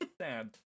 Sad